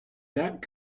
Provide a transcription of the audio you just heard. that